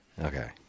Okay